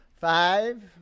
Five